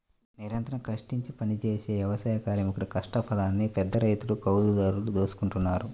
నిరంతరం కష్టించి పనిజేసే వ్యవసాయ కార్మికుల కష్టఫలాన్ని పెద్దరైతులు, కౌలుదారులు దోచుకుంటన్నారు